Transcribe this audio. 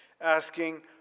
asking